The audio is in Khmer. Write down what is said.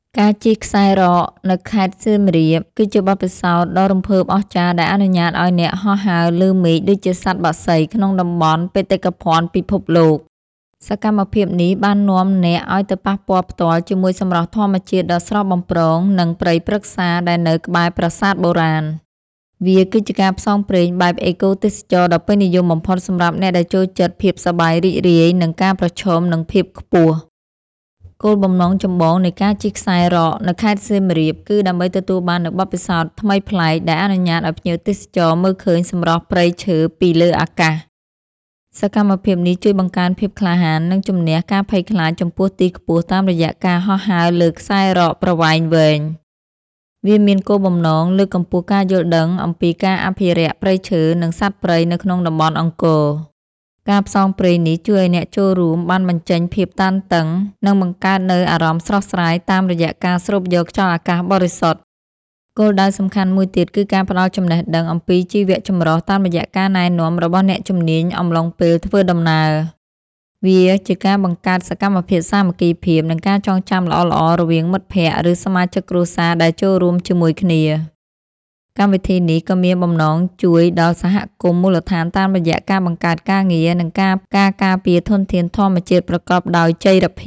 បន្ទាប់មក បុគ្គលិកនឹងជួយអ្នកដោះឧបករណ៍ការពារទាំងអស់ ចេញពីខ្លួនយ៉ាងរហ័ស និងរៀបរយ។